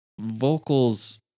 vocals